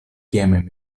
kiam